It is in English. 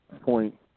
point